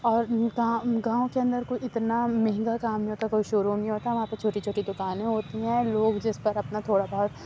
اور گاؤں گاؤں کے اندر کوئی اتنا مہنگا کام نہیں ہوتا کوئی شو روم نہیں ہوتا وہاں پہ چھوٹی چھوٹی دکانیں ہوتی ہیں لوگ جس طرف اپنا تھوڑا بہت